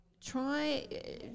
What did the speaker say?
try